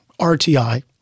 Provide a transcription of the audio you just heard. RTI